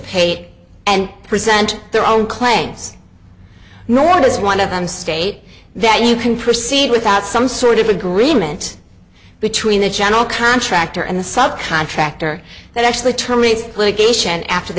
paid and present their own claims nor does one of them state that you can proceed without some sort of agreement between the general contractor and the sub contractor that actually terminates litigation after the